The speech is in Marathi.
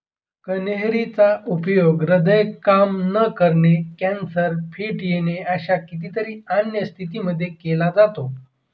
कन्हेरी चा उपयोग हृदय काम न करणे, कॅन्सर, फिट येणे अशा कितीतरी अन्य स्थितींमध्ये केला जातो